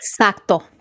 Exacto